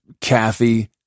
Kathy